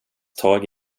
tag